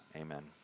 amen